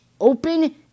open